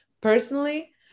personally